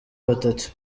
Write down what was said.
batatu